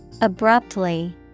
Abruptly